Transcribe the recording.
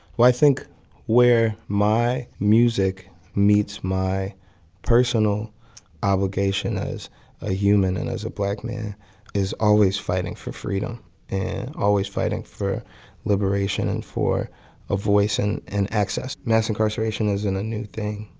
well, i think where my music meets my personal obligation as a human and as a black man is always fighting for freedom and always fighting for liberation and for a voice and and access. mass incarceration isn't a new thing,